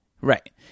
Right